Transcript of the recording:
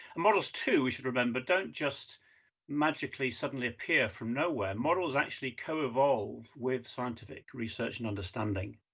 models too, we should remember, don't just magically suddenly appear from nowhere. models actually coevolve with scientific research and understanding.